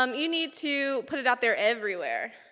um you need to put it out there everywhere.